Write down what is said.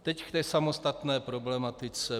Teď k té samostatné problematice.